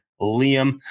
Liam